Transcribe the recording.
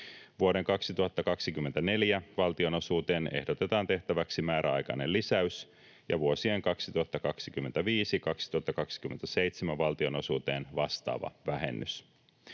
Vuoden 2024 valtionosuuteen ehdotetaan tehtäväksi määräaikainen lisäys ja vuosien 2025—2027 valtionosuuteen vastaava vähennys.